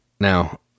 Now